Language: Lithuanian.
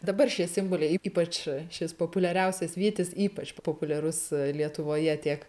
dabar šie simboliai ypač šis populiariausias vytis ypač populiarus lietuvoje tiek